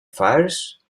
firs